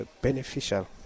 beneficial